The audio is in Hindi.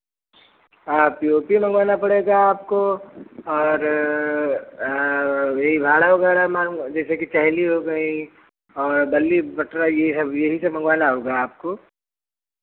हाँ पी ओ पी मँगवाना पड़ेगा आपको और यही भाड़ा वगैरह माँग जैसे कि चहेली हो गई और बल्ली पटरा ये सब यही सब मँगवाना होगा आपको